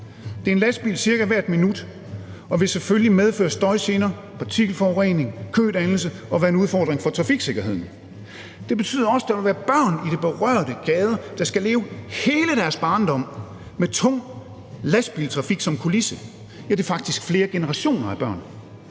Det er en lastbil cirka hvert minut, og det vil selvfølgelig medføre støjgener, partikelforurening og kødannelse og være en udfordring for trafiksikkerheden. Det betyder også, at der vil være børn i de berørte gader, der skal leve hele deres barndom med tung lastbiltrafik som kulisse. Ja, det er faktisk flere generationer af børn.